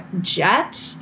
jet